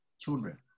children